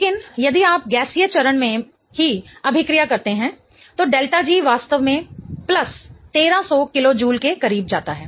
लेकिन यदि आप गैसीय चरण में ही अभिक्रिया करते हैं तो ΔG वास्तव में प्लस 1300 किलो जूल के करीब जाता है